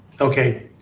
okay